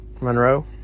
monroe